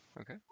Okay